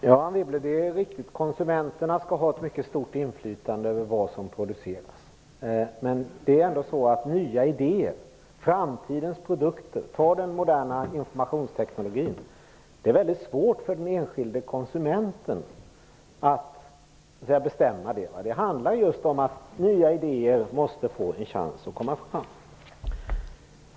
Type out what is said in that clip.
Herr talman! Det är riktigt att konsumenterna skall ha ett mycket stort inflytande över vad som produceras. Men det är svårt för den enskilde konsumenten att bestämma över nya idéer och framtidens produkter. Tänk bara på den nya informationsteknologin. Nya idéer måste få en chans att komma fram.